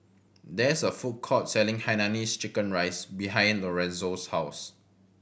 there is a food court selling Hainanese chicken rice behind Lorenzo's house